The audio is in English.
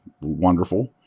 wonderful